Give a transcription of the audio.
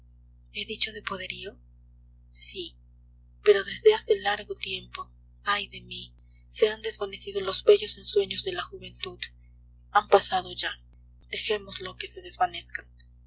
he dicho de poderío sí pero desde hace largo tiempo ay de mí se han desvanecido los bellos ensueños de la juventud han pasado ya dejémoslos que se desvanezcan